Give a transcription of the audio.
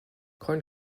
corn